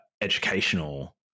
educational